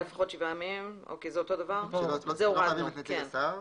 את זה הורדנו, כן.